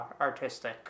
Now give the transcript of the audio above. artistic